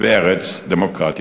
וארץ דמוקרטית.